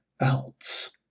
else